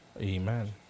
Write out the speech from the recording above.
Amen